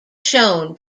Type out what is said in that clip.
shown